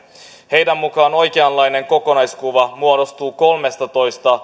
heidän mukaansa oikeanlainen kokonaiskuva muodostuu kolmestatoista